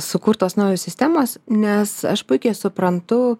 sukurtos naujos sistemos nes aš puikiai suprantu